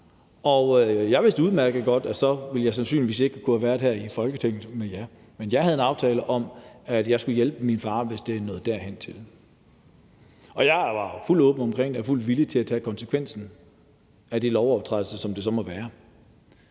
jeg vidste udmærket godt, at jeg så sandsynlig ikke ville kunne have været her i Folketinget sammen med jer. Men jeg havde en aftale om, at jeg skulle hjælpe min far, hvis det nåede derhentil, og jeg var jo fuldt ud åben omkring det og fuldt ud villig til at tage konsekvensen af den lovovertrædelse, som det så måtte være.